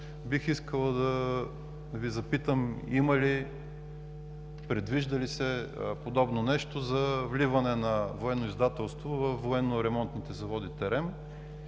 бих искал да Ви запитам: има ли, предвижда ли се подобно нещо за вливане на „Военно издателство“ във Военно-ремонтните заводи